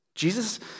Jesus